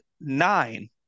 nine